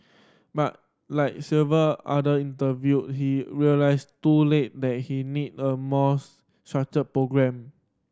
but like several other interviewed he realised too late that he needed a more structured programme